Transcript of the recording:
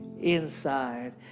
inside